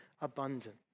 abundant